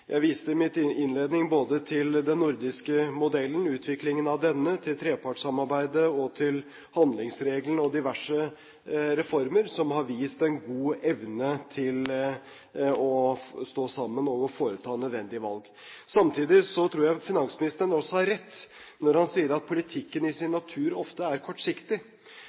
Jeg viste i min innledning både til den nordiske modellen, utviklingen av denne, til trepartssamarbeidet, til handlingsregelen og til diverse reformer som har vist en god evne til å stå sammen om å foreta nødvendige valg. Samtidig tror jeg finansministeren også har rett når han sier at politikken i sin natur ofte er kortsiktig.